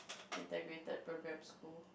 integrated program school